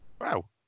wow